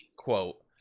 quote.